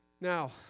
Now